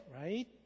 right